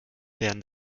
werden